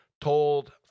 told